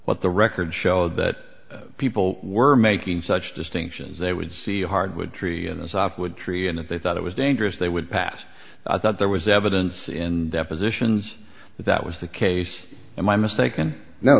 what the record showed that people were making such distinctions they would see hardwood tree in a soft wood tree and if they thought it was dangerous they would pass i thought there was evidence in depositions that that was the case and my mistake and now